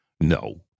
No